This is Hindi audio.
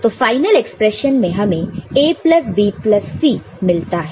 तो फाइनल एक्सप्रेशन में हमें A plus B plus C मिलता है